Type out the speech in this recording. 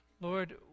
Lord